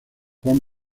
juan